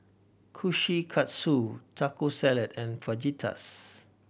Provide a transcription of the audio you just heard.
Kkushikatsu Taco Salad and Fajitas